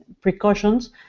Precautions